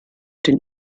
den